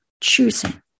Choosing